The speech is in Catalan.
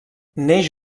neix